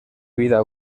vida